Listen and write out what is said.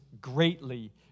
greatly